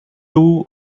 two